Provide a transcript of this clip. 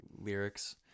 Lyrics